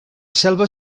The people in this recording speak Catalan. selva